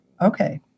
okay